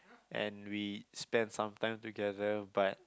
and we spent some time together but